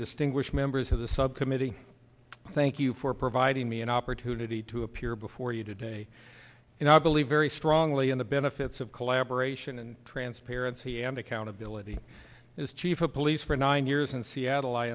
distinguished members of the subcommittee thank you for providing me an opportunity to appear before you today and i believe very strongly in the benefits of collaboration and transparency and accountability as chief of police for nine years in seattle i